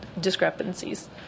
discrepancies